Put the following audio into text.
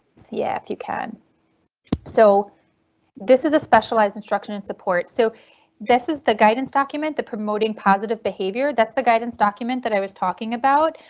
yeah if you can so this is specialized instruction and support. so this is the guidance document the promoting positive behavior. that's the guidance document that i was talking about.